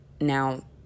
Now